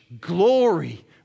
glory